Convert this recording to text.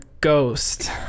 ghost